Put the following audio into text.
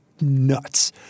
nuts